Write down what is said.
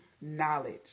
knowledge